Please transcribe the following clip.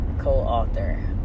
Co-author